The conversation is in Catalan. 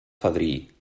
fadrí